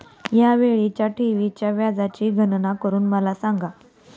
या वेळीच्या ठेवीच्या व्याजाची गणना करून मला सांगा